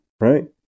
Right